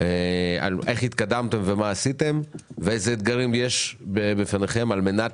איך התקדמתם ומה עשיתם ואיזה אתגרים יש בפניכם על מנת